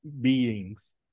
beings